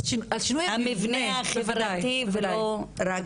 לכן אנחנו מדברות על שינוי המבנה החברתי ולא רק בני האדם.